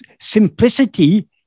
simplicity